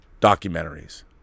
documentaries